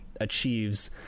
achieves